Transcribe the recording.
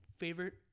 Favorite